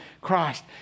Christ